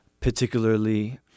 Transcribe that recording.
particularly